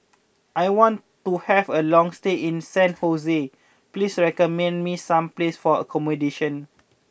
I want to have a long stay in San Jose please recommend me some places for accommodation